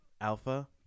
alpha